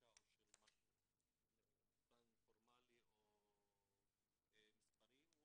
סטטיסטיקה או פן פורמלי או מספרי אלא הוא